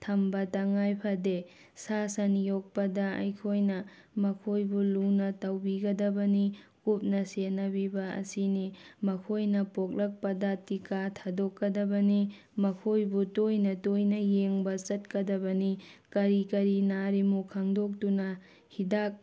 ꯊꯝꯕ ꯇꯉꯥꯏ ꯐꯗꯦ ꯁꯥ ꯁꯟ ꯌꯣꯛꯄꯗ ꯑꯩꯈꯣꯏꯅ ꯃꯈꯣꯏꯕꯨ ꯂꯨꯅ ꯇꯧꯕꯤꯒꯗꯕꯅꯤ ꯀꯨꯞꯅ ꯁꯦꯟꯅꯕꯤꯕ ꯑꯁꯤꯅꯤ ꯃꯈꯣꯏꯅ ꯄꯣꯛꯂꯛꯄꯗ ꯇꯤꯀꯥ ꯊꯥꯗꯣꯛꯀꯗꯕꯅꯤ ꯃꯈꯣꯏꯕꯨ ꯇꯣꯏꯅ ꯇꯣꯏꯅ ꯌꯦꯡꯕ ꯆꯠꯀꯗꯕꯅꯤ ꯀꯔꯤ ꯀꯔꯤ ꯅꯥꯔꯤꯕꯅꯣ ꯈꯪꯗꯣꯛꯇꯨꯅ ꯍꯤꯗꯥꯛ